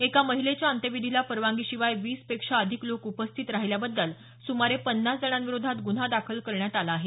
एका महिलेच्या अंत्यविधीला परवानगीशिवाय वीस पेक्षा अधिक लोक उपस्थित राहिल्याबद्दल सुमारे पन्नास जणांविरोधात गुन्हा दाखल करण्यात आला आहे